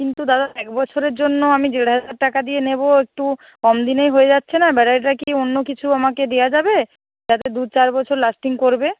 কিন্তু দাদা এক বছরের জন্য আমি দেড় হাজার টাকা দিয়ে নেবো একটু কম দিনে হয়ে যাচ্ছে না ব্যাটারিটা কি অন্য কিছু আমাকে দেওয়া যাবে যাতে দু চার বছর লাস্টিং করবে